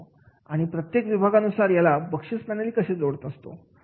आणि प्रत्येक विभागानुसार याला बक्षीस प्रणाली कसे जोडत असतो